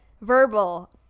Verbal